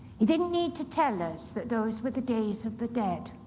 he didn't need to tell us that those were the days of the dead,